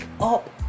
up